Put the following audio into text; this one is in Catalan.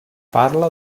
parla